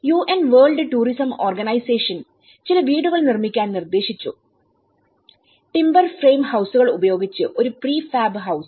UN world tourism organisation ചില വീടുകൾ നിർമ്മിക്കാൻ നിർദ്ദേശിച്ചു ടിമ്പർ ഫ്രെയിം ഹൌസുകൾഉപയോഗിച്ച് ഒരു പ്രീഫാബ് ഹൌസ്